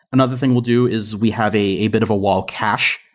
another thing we'll do is we have a bit of a wall cache,